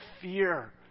fear